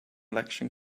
election